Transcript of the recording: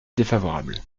défavorable